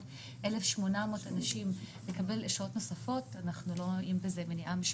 ל-1,800 אנשים לקבל אשרות נוספות אנחנו לא רואים מניעה משפטית.